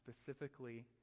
specifically